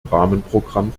rahmenprogramm